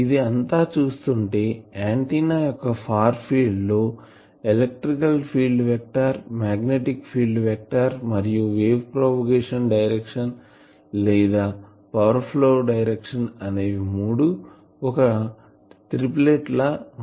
ఇది అంతా చూస్తుంటే ఆంటిన్నా యొక్క ఫార్ ఫీల్డ్ లో electric field vector magnetic field vector మరియు వేవ్ ప్రొపగేషన్ డైరెక్షన్ లేదా పవర్ ఫ్లో డైరెక్షన్ అనేవి మూడు ఒక త్రిప్లెట్ లా ఉంటాయి